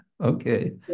okay